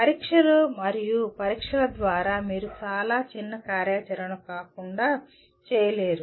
పరీక్షలు మరియు పరీక్షల ద్వారా మీరు చాలా చిన్న కార్యాచరణ కాకుండా చేయలేరు